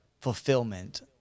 fulfillment